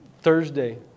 Thursday